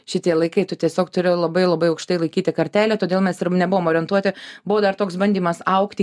šitie laikai tu tiesiog turi labai labai aukštai laikyti kartelę todėl mes nebuvom orientuoti buvo dar toks bandymas augti